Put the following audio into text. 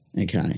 Okay